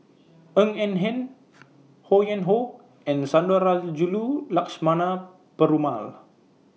Ng Eng Hen Ho Yuen Hoe and Sundarajulu Lakshmana Perumal